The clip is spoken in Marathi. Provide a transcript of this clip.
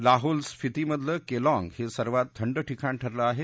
लाहोल स्फीतीमधलं केलॉंग हे सर्वात थंड ठिकाण ठरलं आहे